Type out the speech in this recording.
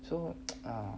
so uh